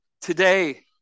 today